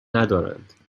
ندارند